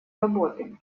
работы